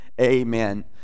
Amen